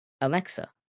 Alexa